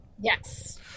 Yes